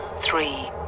Three